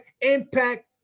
impact